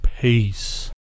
Peace